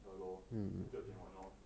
ya lor enter 有点晚 lor